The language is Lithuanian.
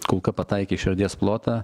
kulka pataikė į širdies plotą